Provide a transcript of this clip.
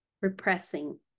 repressing